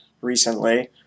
recently